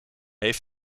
heeft